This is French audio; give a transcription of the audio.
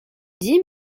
dit